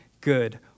good